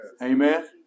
Amen